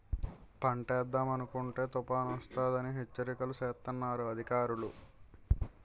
పంటేద్దామనుకుంటే తుపానొస్తదని హెచ్చరికలు సేస్తన్నారు అధికారులు